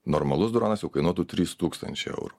normalus dronas jau kainuotų trys tūkstančiai eurų